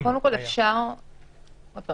אם היה.